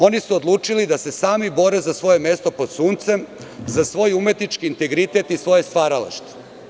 Oni su odlučili da se sami bore za svoje mesto pod suncem za svoj umetnički integritet i svoje stvaralaštvo.